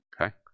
Okay